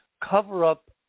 cover-up